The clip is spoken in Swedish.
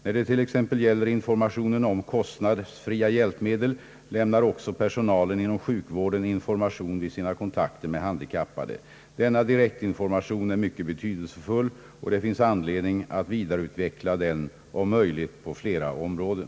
När det t.ex. gäller informationen om kostnadsfria hjälpmedel lämnar också personalen inom sjukvården information vid sina kontakter med handikappade. Denna direktinformation är mycket betydelsefull, och det finns anledning att vidareutveckla den, om möjligt på flera områden.